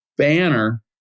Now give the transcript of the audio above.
Banner